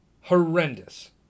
horrendous